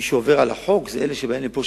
מי שעובר על החוק זה אלה שבאים לפה,